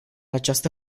această